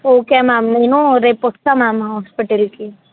okay ma'am నేను రేపు వస్తాను మ్యామ్ హాస్పిటల్కి